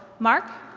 mark?